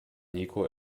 niko